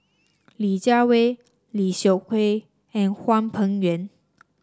Li Jiawei Lim Seok Hui and Hwang Peng Yuan